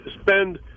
spend